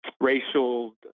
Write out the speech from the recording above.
racial